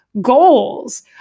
goals